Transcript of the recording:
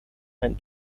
ein